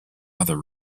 other